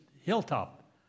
hilltop